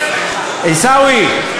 עיסאווי,